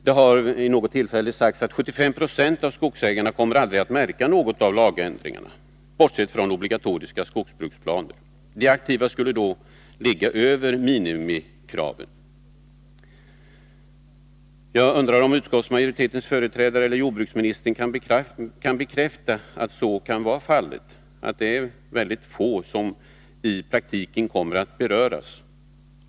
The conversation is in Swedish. Det har vid något tillfälle sagts att 75 90 av skogsägarna aldrig kommer att märka något av lagändringarna, bortsett från obligatoriska skogsbruksplaner. De aktiva skulle då ligga över minimikraven. Kan utskottsmajoritetens företrädare eller jordbruksministern bekräfta att det är så att väldigt få i praktiken kommer att beröras?